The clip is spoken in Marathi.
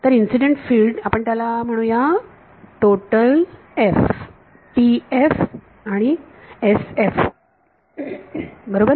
तर इन्सिडेंट फिल्ड आपण त्याला म्हणू या टोटल F TF आणि SF बरोबर